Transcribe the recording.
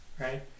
right